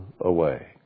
away